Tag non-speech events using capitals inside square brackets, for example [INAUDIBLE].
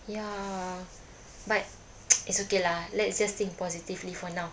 ya but [NOISE] it's okay lah let's just think positively for now